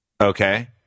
Okay